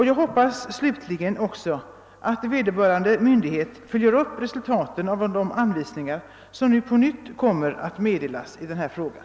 Jag hoppas slutligen också att vederbörande myndighet följer upp resultaten av de anvisningar som nu på nytt kommer att meddelas i den här frågan.